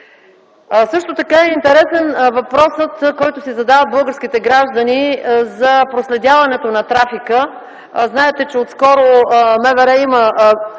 Също така е интересен въпросът, който си задават българските граждани за проследяването на трафика. Знаете, че от скоро МВР има